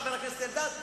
חבר הכנסת אלדד,